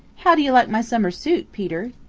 how do you like my summer suit, peter?